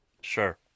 sure